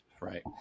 Right